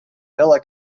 villa